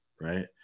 Right